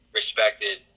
respected